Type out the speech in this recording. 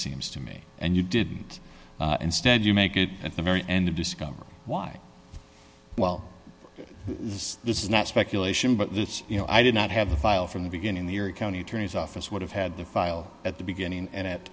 seems to me and you didn't instead you make it at the very end of discovery why well this this is not speculation but it's you know i did not have the file from the beginning the your county attorney's office would have had the file at the beginning and at